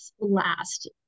Last